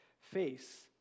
face